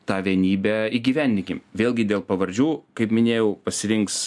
tą vienybę įgyvendinkim vėlgi dėl pavardžių kaip minėjau pasirinks